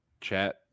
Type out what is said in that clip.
chat